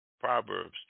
Proverbs